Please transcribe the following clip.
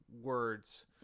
words